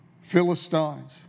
Philistines